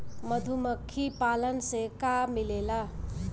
मधुमखी पालन से का मिलेला?